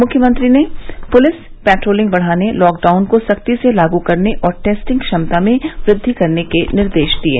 मुख्यमंत्री ने police patrolling बढ़ाने लॉकडाउन को सख्ती से लागू करने और टेस्टिंग क्षमता में वृद्वि के भी निर्देश दिये